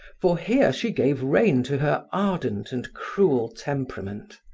for here she gave rein to her ardent and cruel temperament.